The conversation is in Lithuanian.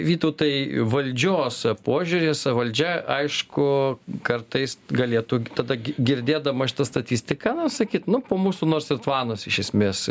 vytautai valdžios požiūris valdžia aišku kartais galėtų tada girdėdama šitą statistiką a sakyt nu po mūsų nors ir tvanas iš esmės